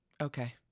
Okay